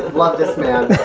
love this man.